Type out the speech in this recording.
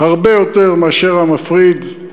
הרבה יותר מאשר המפריד,